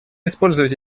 использовать